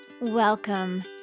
Welcome